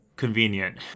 convenient